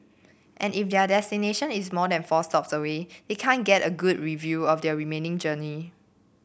and if their destination is more than four stops away they can't get a good review of their remaining journey